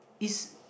it's